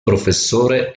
professore